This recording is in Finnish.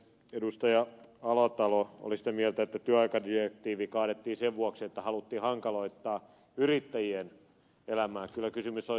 edustaja alatalo oli sitä mieltä työaikadirektiivi kaadettiin sen vuoksi että haluttiin hankaloittaa yrittäjien elämää sillä kysymys on säätää kielletyksi ja jokaista sitten valvoa